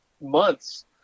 months